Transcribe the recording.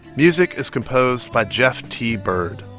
music is composed by jeff t. byrd.